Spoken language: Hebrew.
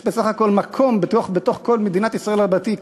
יש בסך הכול מקום בתוך כל מדינת ישראל רבתי,